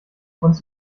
uns